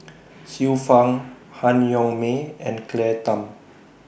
Xiu Fang Han Yong May and Claire Tham